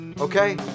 okay